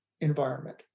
environment